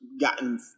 gotten